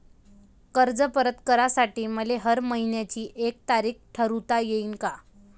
कर्ज परत करासाठी मले हर मइन्याची एक तारीख ठरुता येईन का?